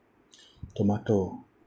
tomato